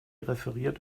referiert